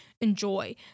enjoy